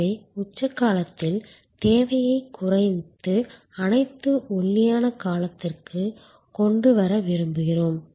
எனவே உச்ச காலத்தில் தேவையை குறைத்து அதை ஒல்லியான காலத்திற்கு கொண்டு வர விரும்புகிறோம்